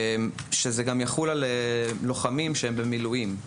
שזה גם יחול על לוחמים שהם במילואים.